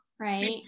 Right